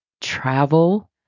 travel